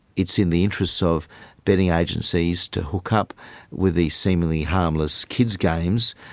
it's in the interest so of betting agencies to hook up with these seemingly harmless kids' games,